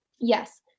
Yes